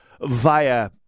via